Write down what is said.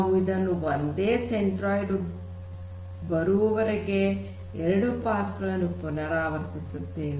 ನಾವು ಇದನ್ನು ಒಂದೇ ಸೆಂಟ್ರೋಯ್ಡ್ ಬರುವವರೆಗೂ ಎರಡು ಪಾಸ್ ಗಳನ್ನು ಪುನರಾವರ್ತಿಸುತ್ತೇವೆ